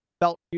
felt